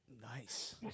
Nice